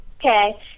Okay